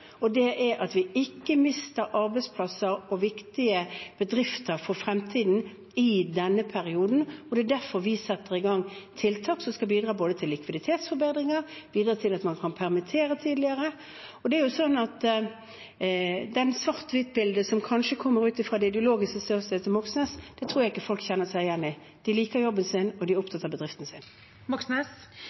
Det er at vi ikke mister arbeidsplasser og viktige bedrifter for fremtiden i denne perioden. Det er derfor vi setter i gang tiltak som skal bidra både til likviditetsforbedringer og til at man kan permittere tidligere. Det svart–hvitt-bildet, som kanskje kommer fra det ideologiske ståstedet til Moxnes, tror jeg ikke folk kjenner seg igjen i. De liker jobben sin, og de er opptatt av bedriften sin. Bjørnar Moxnes